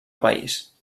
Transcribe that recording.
país